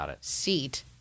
seat